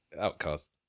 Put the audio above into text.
Outcast